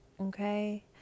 Okay